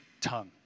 tongue